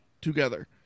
together